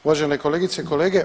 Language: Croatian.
Uvažene kolegice i kolege.